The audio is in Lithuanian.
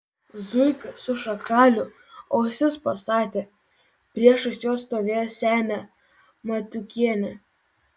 zuika su šakaliu ausis pastatė priešais juos stovėjo senė matiukienė